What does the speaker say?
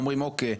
אומרים: אוקיי,